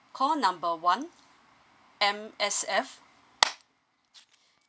call number one M_S_F